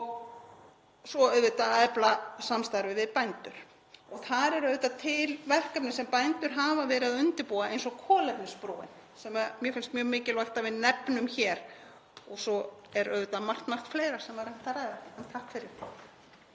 og svo auðvitað að efla samstarfið við bændur. Þar eru auðvitað til verkefni sem bændur hafa verið að undirbúa eins og Kolefnisbrúin, sem mér finnst mjög mikilvægt að við nefnum hér, og svo er auðvitað margt fleira sem væri hægt að ræða. SPEECH_END ---